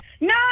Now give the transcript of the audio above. No